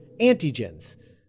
antigens